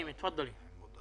אסף